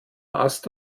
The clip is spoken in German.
ast